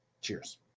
cheers